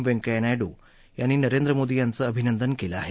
व्यंकैय्या नायडु यांनी नरेंद्र मोदी यांचं अभिनंदन केलं आहे